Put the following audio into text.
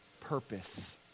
Purpose